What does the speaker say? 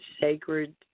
sacred